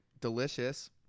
delicious